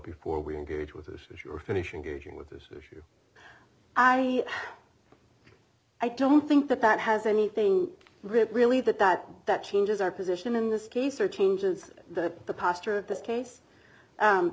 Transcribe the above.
before we engage with us as you're finishing gauging with this issue i i don't think that that has anything really that that that changes our position in this case or changes to the pastor this case